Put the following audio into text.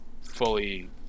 fully